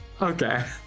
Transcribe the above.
Okay